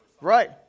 Right